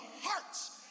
hearts